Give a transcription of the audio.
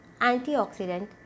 antioxidant